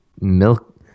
milk